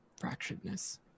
fracturedness